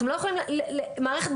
זה תירוץ.